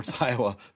Iowa